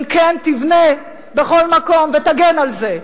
אם כן, תבנה בכל מקום ותגן על זה.